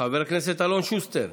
חבר הכנסת אלון שוסטר,